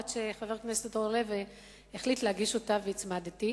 עד שחבר הכנסת אורלב החליט להגיש אותה והצמדתי,